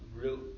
real